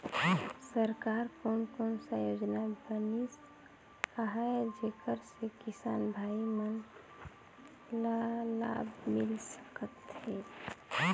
सरकार कोन कोन सा योजना बनिस आहाय जेकर से किसान भाई मन ला लाभ मिल सकथ हे?